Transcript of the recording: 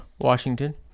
Washington